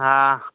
હા